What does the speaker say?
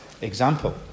example